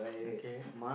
okay